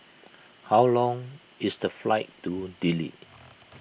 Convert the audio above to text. how long is the flight to Dili